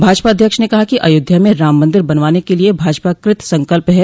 भाजपा अध्यक्ष ने कहा कि अयोध्या में राम मंदिर बनवाने के लिये भाजपा कृत संकल्प है